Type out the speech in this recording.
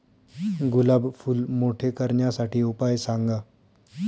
गुलाब फूल मोठे करण्यासाठी उपाय सांगा?